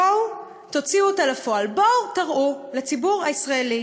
בואו תוציאו אותה לפועל, בואו תראו לציבור הישראלי